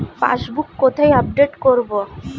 Passbook কোথায় update করব?